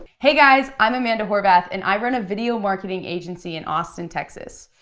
hey guys, i'm amanda horvath and i run a video marketing agency in austin, texas.